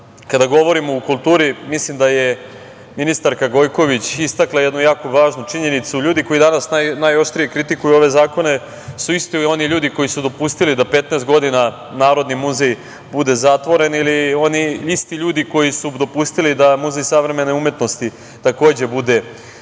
kada govorimo o kulturi, mislim da je ministarka Gojković istakla jednu jako važnu činjenicu. Ljudi koji danas najoštrije kritikuju ove zakone su isti oni ljudi koji su dopustili da 15 godina Narodni muzej bude zatvoren ili oni isti ljudi koji su dopustili da Muzej savremene umetnosti takođe bude zatvoren